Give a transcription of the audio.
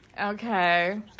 okay